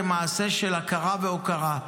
כמעשה של הכרה והוקרה,